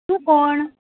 तूं कोण